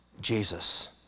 Jesus